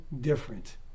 different